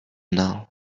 now